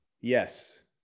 Yes